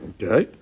Okay